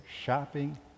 shopping